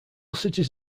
cities